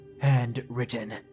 handwritten